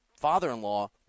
father-in-law